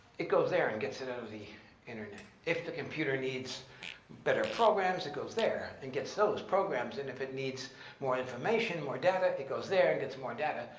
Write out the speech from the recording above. it goes there and gets it out of the internet. if the computer needs better programs, it goes there and gets so those programs. and if it needs more information, more data, it goes there and gets more data.